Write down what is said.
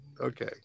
okay